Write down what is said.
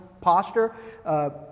posture